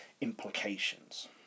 implications